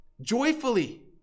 joyfully